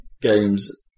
games